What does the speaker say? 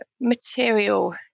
material